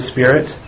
Spirit